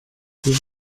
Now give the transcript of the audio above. die